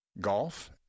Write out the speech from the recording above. Golf